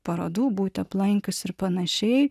parodų būti aplankius ir panašiai